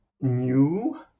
new